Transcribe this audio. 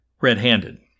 red-handed